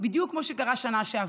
בדיוק כמו שקרה בשנה שעברה.